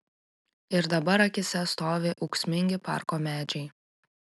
ir dabar akyse stovi ūksmingi parko medžiai